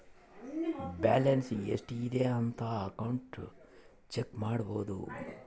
balance ಎಷ್ಟ್ ಇದೆ ಅಂತ ಅಕೌಂಟ್ ಚೆಕ್ ಮಾಡಬೋದು